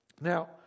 Now